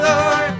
Lord